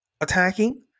Attacking